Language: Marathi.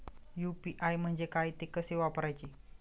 यु.पी.आय म्हणजे काय, ते कसे वापरायचे?